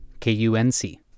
KUNC